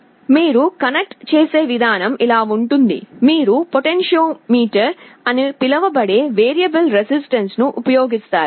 మీరు కనెక్ట్ చేసే విధానం ఇలా ఉంటుంది మీరు పొటెన్షియోమీటర్ అని పిలువబడే వేరియబుల్ రెసిస్టెన్స్ ను ఉపయోగిస్తారు